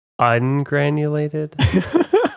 Ungranulated